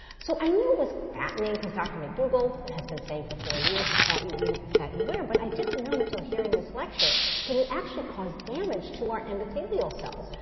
so i knew it was fattening because dr. mcdougall has been saying for forty years the fat you eat is the fat you wear, but i didn't know until hearing this lecture that it actually cause damage to our endothelial cells,